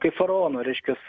kaip faraono reiškias